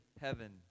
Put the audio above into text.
heaven